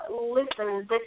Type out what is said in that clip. listen